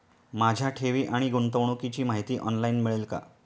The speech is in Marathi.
माझ्या ठेवी आणि गुंतवणुकीची माहिती ऑनलाइन मिळेल का?